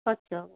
ଖର୍ଚ୍ଚ